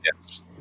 Yes